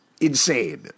insane